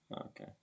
Okay